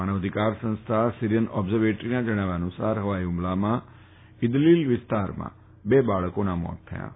માનવ અધિકાર સંસ્થા સીરિયન ઓબ્ઝર્વેટરીના જણાવ્યા અનુસાર ફવાઈ ફમલામાં ઈદલીલ વિસ્તારમાં બે બાળકોનાં પણ મોત થયા છે